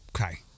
Okay